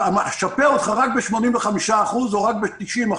אני אשפה אותה רק ב-85% או רק ב-90%,